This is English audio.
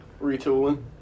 Retooling